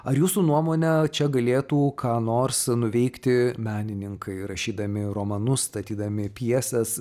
ar jūsų nuomone čia galėtų ką nors nuveikti menininkai rašydami romanus statydami pjeses